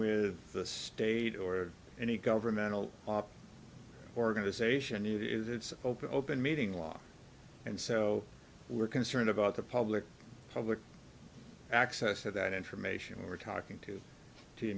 with the state or any governmental organization knew that it's open open meeting law and so we're concerned about the public public access to that information we're talking to t